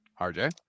rj